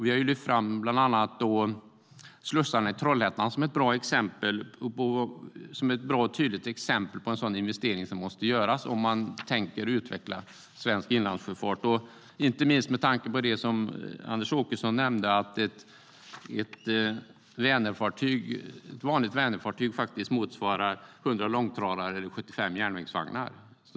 Vi har bland annat lyft fram slussarna i Trollhättan som ett bra och tydligt exempel på en investering som måste göras om man vill utveckla svensk inlandssjöfart. Anders Åkesson nämnde att ett vanligt Vänerfartyg motsvarar 100 långtradare eller 75 järnvägsvagnar.